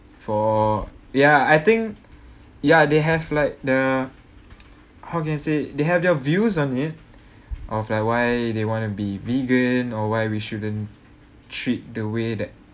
for ya I think ya they have like the how can I say they have their views on it of like why they want to be vegan or why we shouldn't treat the way that